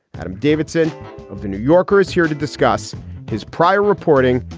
adam davidson of the new yorker is here to discuss his prior reporting,